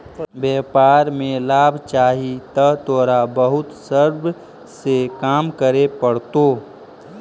व्यापार में लाभ चाहि त तोरा बहुत सब्र से काम करे पड़तो